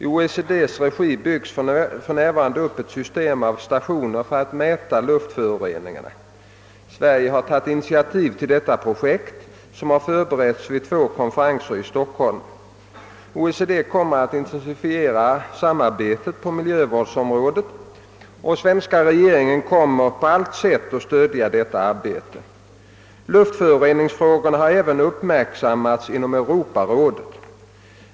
I OECD:s regi byggs för närvarande upp ett system av stationer för att mäta luftföroreningarna. Sverige har tagit initiativet till detta projekt, som har förberetts vid två konferenser i Stockholm. OECD kommer att intensifiera samarbetet på miljövårdsområdet och svenska regeringen kommer på allt sätt att stödja detta arbete. Luftföroreningsfrågorna har även uppmärksammats inom Europarådet.